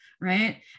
right